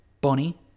Bonnie